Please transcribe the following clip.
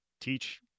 teach